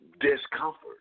discomfort